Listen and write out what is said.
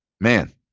man